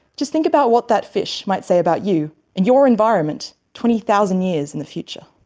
just think about what that fish might say about you and your environment twenty thousand years in the future.